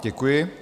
Děkuji.